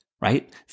right